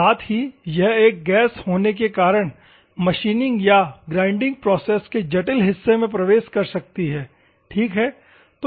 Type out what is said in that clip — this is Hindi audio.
साथ ही यह एक गैस होने के कारण मशीनिंग या ग्राइंडिंग प्रोसेस के जटिल हिस्से में प्रवेश कर सकती है ठीक है